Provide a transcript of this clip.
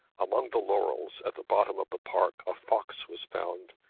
among the laurels at the bottom of the park a fox was found,